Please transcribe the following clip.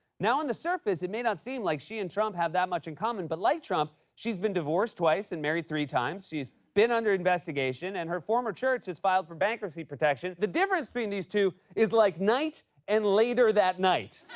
now, on the surface, it may not seem like she and trump have that much in common, but like trump she's been divorced twice and married three times, she's been under investigation, and her former church has filed for bankruptcy protection. the difference between these two is like night and later that night.